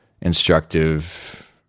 instructive